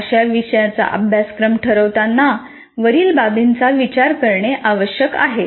अशा विषयांचा अभ्यासक्रम ठरवताना वरील बाबींचा विचार करणे आवश्यक आहे